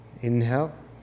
Inhale